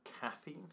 caffeine